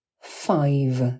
Five